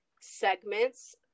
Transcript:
segments